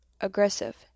aggressive